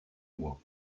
moi